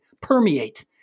permeate